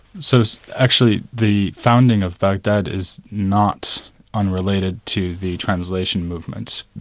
so so actually the founding of baghdad is not unrelated to the translation movement.